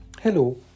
Hello